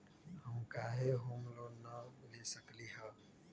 हम काहे home loan न ले सकली ह?